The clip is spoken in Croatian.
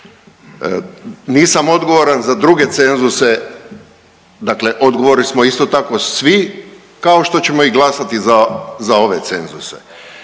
Nisam odgovoran za druge cenzuse, dakle odgovorili smo isto tako svi kao što ćemo i glasati za ove cenzuse.